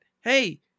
hey